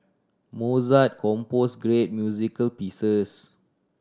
Mozart compose great music pieces